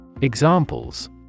Examples